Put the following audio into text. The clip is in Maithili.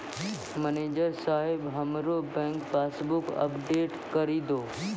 मनैजर साहेब हमरो बैंक पासबुक अपडेट करि दहो